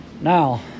Now